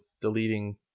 deleting